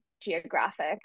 geographic